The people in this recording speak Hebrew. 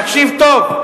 תקשיב טוב.